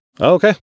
Okay